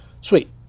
sweet